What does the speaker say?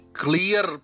clear